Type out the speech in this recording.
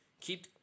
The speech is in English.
keep